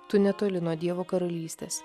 tu netoli nuo dievo karalystės